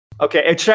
Okay